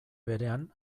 berean